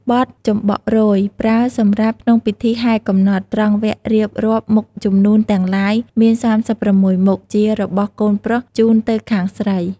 បទចំបក់រោយ ប្រើសម្រាប់ក្នុងពិធីហែកំណត់ ត្រង់វគ្គរៀបរាប់មុខជំនូនទាំងឡាយមាន៣៦មុខជារបស់កូនប្រុសជូនទៅខាងស្រី។